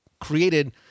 created